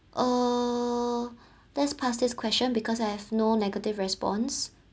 oh let's pass this question because I have no negative response